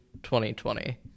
2020